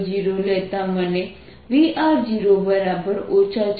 V0 લેતા મને V 6